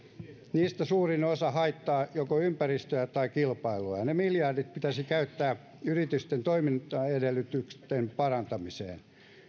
niistä suurin osa haittaa joko ympäristöä tai kilpailua ja ne miljardit pitäisi käyttää yritysten toimintaedellytysten parantamiseen